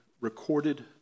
recorded